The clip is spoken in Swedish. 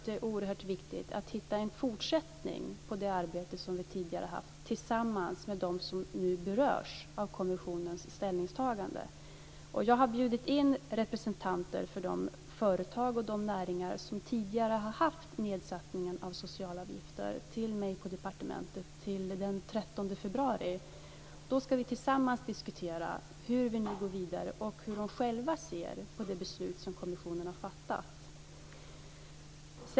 Det är oerhört viktigt att hitta en fortsättning på det arbete som vi tidigare haft tillsammans med de som nu berörs av kommissionens ställningstagande. Jag har bjudit in representanter för de företag och de näringar som tidigare har haft nedsättning av socialavgifter till mig på departementet den 13 februari. Då ska vi tillsammans diskutera hur vi nu går vidare och hur de själva ser på det beslut som kommissionen har fattat.